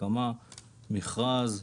הקמה ומכרז.